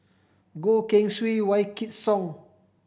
Goh Keng Swee Wykidd Song